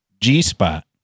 G-spot